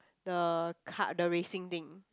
the kart the racing thing